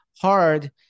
hard